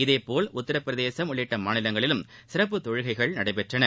இதேபோல் உத்திரபிரதேசம் உள்ளிட்ட மாநிலங்களிலும் சிறப்பு தொழுகைகள் நடைபெற்றன